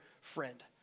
friend